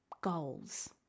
goals